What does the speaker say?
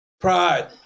Pride